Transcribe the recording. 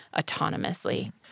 autonomously